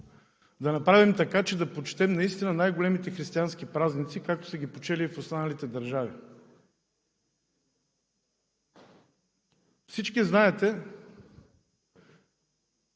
да направим така, че наистина да почетем най-големите християнски празници, както са ги почели в останалите държави. Всички знаете,